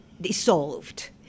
dissolved